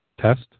test